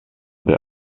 the